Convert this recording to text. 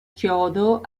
chiodo